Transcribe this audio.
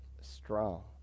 strong